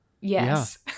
yes